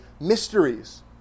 mysteries